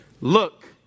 Look